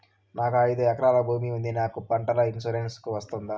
నాకు ఐదు ఎకరాల భూమి ఉంది నాకు పంటల ఇన్సూరెన్సుకు వస్తుందా?